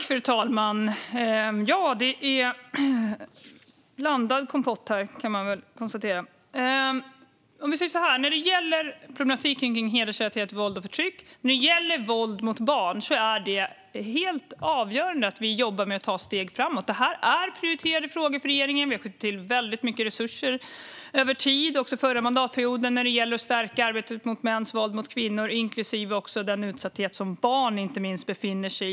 Fru talman! Det är blandad kompott här, kan man konstatera. När det gäller problematiken med hedersrelaterat våld och förtryck och våld mot barn är det helt avgörande att vi jobbar med att ta steg framåt. Det är prioriterade frågor för regeringen. Vi har skjutit till väldigt mycket resurser över tid och också under förra mandatperioden för att stärka arbetet mot mäns våld mot kvinnor, inklusive den utsatthet som inte minst barn befinner sig i.